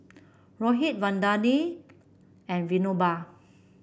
Rohit Vandana and Vinoba